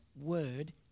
word